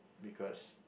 because